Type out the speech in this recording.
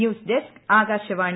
news desk Akashvani